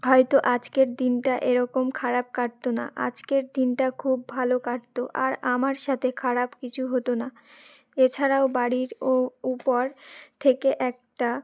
হয়তো আজকের দিনটা এরকম খারাপ কাটত না আজকের দিনটা খুব ভালো কাটত আর আমার সাথে খারাপ কিছু হতো না এছাড়াও বাড়ির ও উপর থেকে একটা